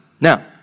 Now